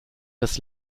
des